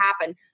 happen